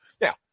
Now